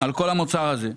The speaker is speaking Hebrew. על כל המוצר הזה.